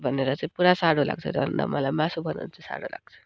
भनेर चाहिँ पुरा साह्रो लाग्छ अन्त मलाई मासु बनाउनु चाहिँ साह्रो लाग्छ